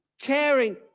caring